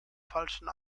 falschen